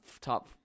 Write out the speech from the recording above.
top